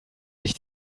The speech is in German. sich